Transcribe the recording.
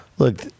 Look